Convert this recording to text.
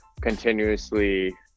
continuously